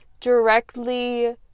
directly